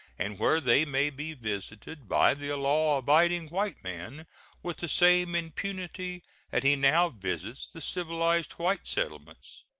and where they may be visited by the law-abiding white man with the same impunity that he now visits the civilized white settlements.